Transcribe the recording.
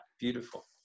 Beautiful